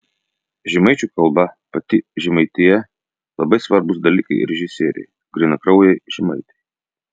žemaičių kalba pati žemaitija labai svarbūs dalykai režisierei grynakraujei žemaitei